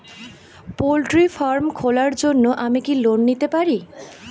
Poultry farm খোলার জন্য কি আমি লোন পেতে পারি?